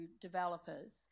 developers